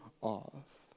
off